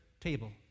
table